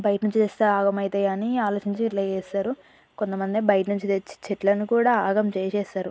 బయట నించి తెస్తే ఆగమవుతాయని ఆలోచించి ఇట్ల చేస్తారు కొంతమంది బయట నించి తెచ్చి చెట్లను కూడా ఆగం చేసేస్తారు